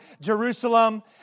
Jerusalem